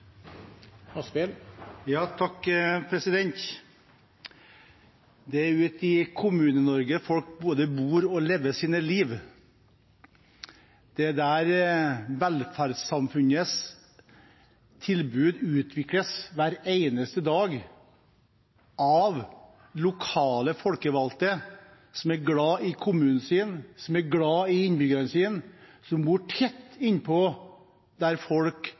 der velferdssamfunnets tilbud utvikles hver eneste dag av lokalt folkevalgte som er glad i kommunen sin, som er glad i innbyggerne sine, og som bor tett innpå der folk